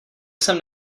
jsem